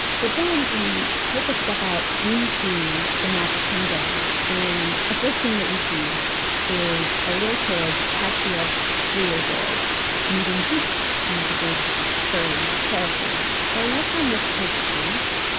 but then we take a step out into the magic kingdom. and the first thing that we see is a little kid had to be like three years old meeting goofy. one of the big furry characters. the look on this kid's face,